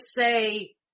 say